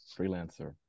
freelancer